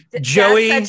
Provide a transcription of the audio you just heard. Joey